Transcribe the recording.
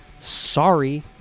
Sorry